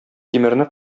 тимерне